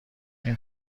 این